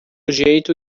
jeito